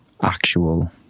actual